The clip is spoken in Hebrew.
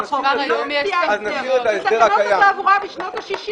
יש את תקנות התעבורה משנות ה-60.